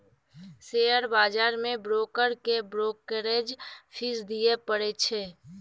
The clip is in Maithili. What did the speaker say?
शेयर बजार मे ब्रोकर केँ ब्रोकरेज फीस दियै परै छै